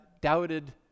doubted